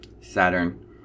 Saturn